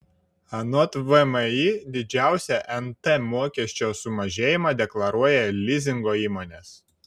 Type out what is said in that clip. anot vmi didžiausią nt mokesčio sumažėjimą deklaruoja lizingo įmonės